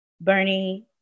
Bernie